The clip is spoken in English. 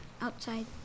Outside